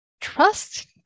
trust